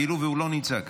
כאילו הוא לא נמצא כאן.